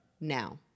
Now